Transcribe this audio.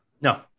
No